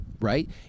Right